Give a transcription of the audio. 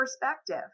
perspective